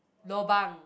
lobang